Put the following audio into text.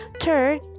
third